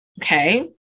okay